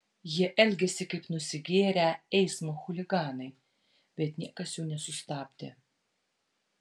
jie elgėsi kaip nusigėrę eismo chuliganai bet niekas jų nesustabdė